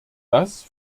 das